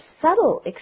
subtle